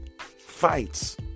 Fights